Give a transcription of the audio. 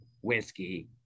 whiskey